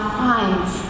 finds